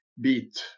beat